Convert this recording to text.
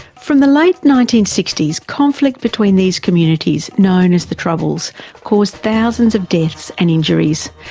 from the late nineteen sixty s, conflict between these communities known as the troubles caused thousands of deaths and injuries,